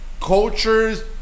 cultures